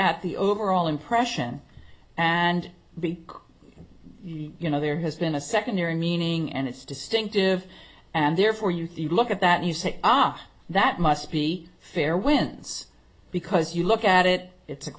at the overall impression and be you know there has been a secondary meaning and it's distinctive and therefore you you look at that you say ah that must be fair wince because you look at it it